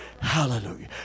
Hallelujah